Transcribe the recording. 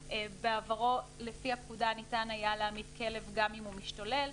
בעברו לפי הפקודה ניתן היה להמית כלב גם אם הוא משתולל.